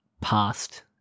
past